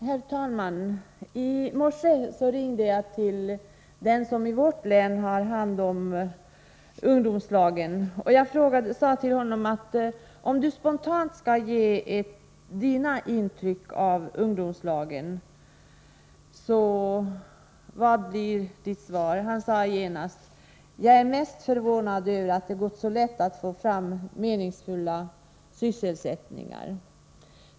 Herr talman! I morse ringde jag till den som i vårt län har hand om ungdomslagen. Jag frågade honom: Om du spontant skall ge dina intryck av ungdomslagen, vad säger du då? Han svarade genast: Jag är mest förvånad över att det har gått så lätt att få fram meningsfull sysselsättning.